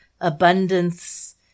abundance